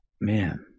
man